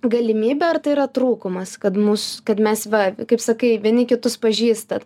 galimybė ar tai yra trūkumas kad mūs kad mes va kaip sakai vieni kitus pažįstat